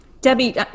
Debbie